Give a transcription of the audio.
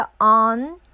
on